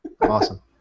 Awesome